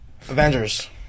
Avengers